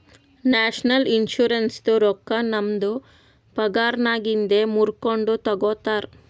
national ಇನ್ಶುರೆನ್ಸದು ರೊಕ್ಕಾ ನಮ್ದು ಪಗಾರನ್ನಾಗಿಂದೆ ಮೂರ್ಕೊಂಡು ತಗೊತಾರ್